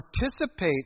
participate